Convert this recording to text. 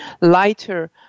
lighter